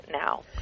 now